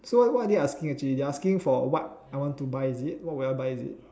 so what what are they asking actually they're asking for what I want to buy is it what will I buy is it